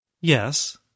Yes